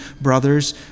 brothers